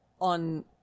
on